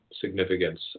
significance